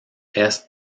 est